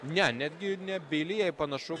ne netgi ne bilijai panašu